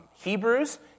Hebrews